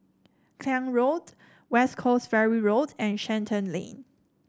Klang Road West Coast Ferry Road and Shenton Lane